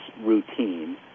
routine